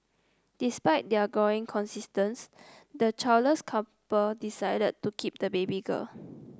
despite their gnawing conscience the childless couple decide to keep the baby girl